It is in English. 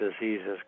diseases